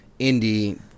indie